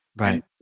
right